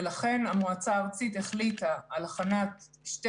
ולכן המועצה הארצית החליטה על הכנת שתי